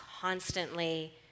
constantly